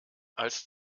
als